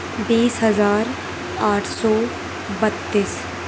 بیس ہزار آٹھ سو بتیس